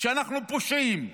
שאנחנו פושעים,